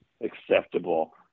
acceptable